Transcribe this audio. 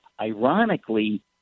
ironically